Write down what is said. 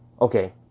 Okay